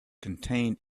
contained